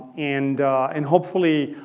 and and hopefully,